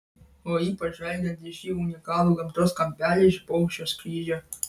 o ypač žvelgiant į šį unikalų gamtos kampelį iš paukščio skrydžio